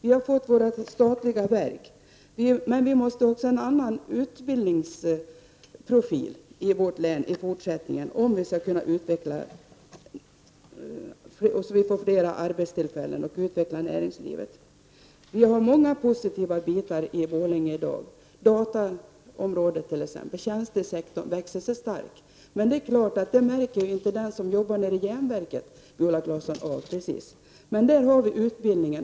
Vi har fått statliga verk, men vi måste också ha en annan utbildningsprofil i vårt län i fortsättningen för att få fler arbetstillfällen och för att kunna utveckla näringslivet. Det finns mycket som är positivt i Borlänge i dag, t.ex. dataområdet och tjänstesektorn, som växer sig stark. Det är klart att den som jobbar nere i järnverket inte märker detta, Viola Claesson. Men här har vi utbildning.